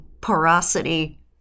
porosity